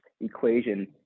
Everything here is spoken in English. equation